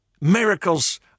miracles